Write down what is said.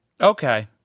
Okay